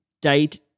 date